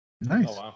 Nice